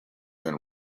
and